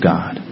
God